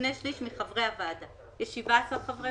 בגלל שמדובר על פעילות שהיא פעילות שאנחנו לא מוצאים לנכון לאשר אותה